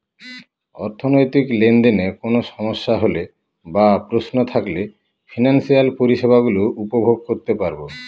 অর্থনৈতিক লেনদেনে কোন সমস্যা হলে বা প্রশ্ন থাকলে ফিনান্সিয়াল পরিষেবা গুলো উপভোগ করতে পারবো